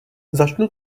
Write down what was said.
začnu